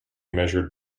measured